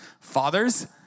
fathers